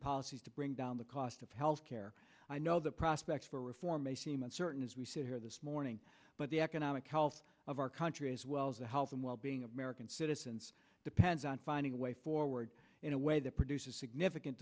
policies to bring down the cost of health care i know the prospects for reform may seem uncertain as we sit here this morning but the economic health of our country as well as the health and well being of american citizens depends on finding a way forward in a way that produces significant